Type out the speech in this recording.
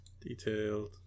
detailed